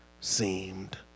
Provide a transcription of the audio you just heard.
seemed